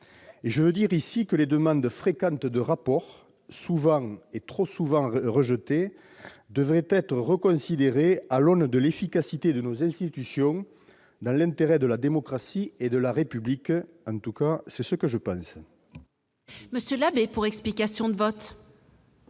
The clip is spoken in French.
n'est pas anodine. Ces demandes fréquentes de rapports, trop souvent rejetées, devraient être reconsidérées à l'aune de l'efficacité de nos institutions, dans l'intérêt de la démocratie et de la République. C'est en tout cas ce que je pense.